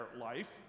life